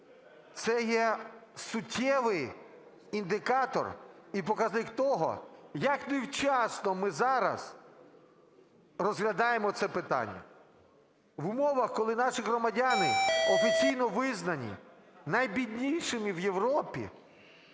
Це є суттєвий індикатор і показник того, як невчасно ми зараз розглядаємо це питання. В умовах, коли наші громадяни офіційно визнані найбіднішими в Європі,